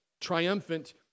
triumphant